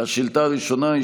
אל תלך.